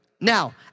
Now